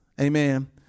amen